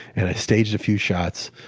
and i staged a few shots,